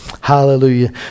Hallelujah